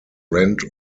rent